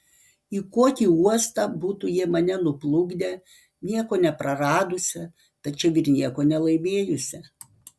į kokį uostą būtų jie mane nuplukdę nieko nepraradusią tačiau ir nieko nelaimėjusią